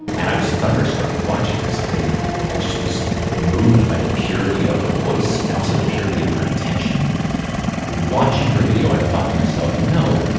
and i was thunderstruck watching this. i i just was moved by the purity of her voice, and also the purity of her intention watching her video, i thought to myself, you know,